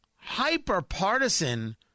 hyper-partisan